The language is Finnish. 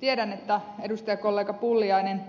tiedän että edustajakollega pulliaisen